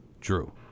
Drew